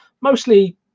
mostly